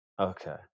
Okay